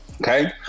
Okay